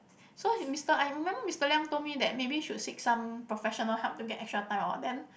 so mister I remember Mister Liang told me that maybe should seek some professional help to get extra time orh then